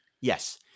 Yes